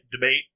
debate